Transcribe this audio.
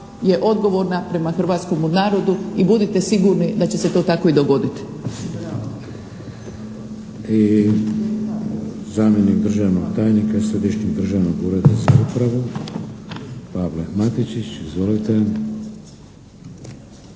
je odgovorna prema hrvatskom narodu i budite sigurni da će se to tako i dogoditi.